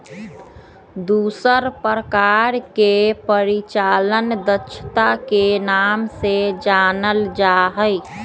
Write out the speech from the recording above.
दूसर प्रकार के परिचालन दक्षता के नाम से जानल जा हई